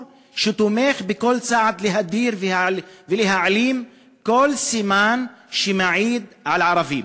שתומך בכל צעד להדיר ולהעלים כל סימן שמעיד על ערבים.